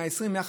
120,000,